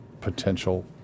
potential